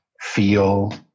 feel